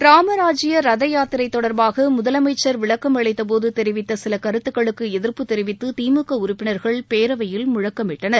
ராமராஜ்ஜிய ரத யாத்திரை தொடர்பாக முதலமைச்சர் விளக்கம் அளித்தபோது தெரிவித்த சில கருத்துக்களுக்கு எதிர்ப்பு தெரிவித்து திமுக உறுப்பினர்கள் பேரவையில் முழக்கமிட்டனர்